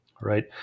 right